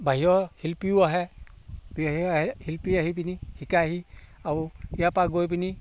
বাহিৰৰ শিল্পীও আহে শিল্পী আহি পিনি শিকাইহি আৰু ইয়াৰপৰা গৈ পিনি